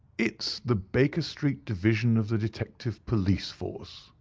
it's the baker street division of the detective police force,